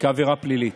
כעבירה פלילית.